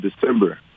December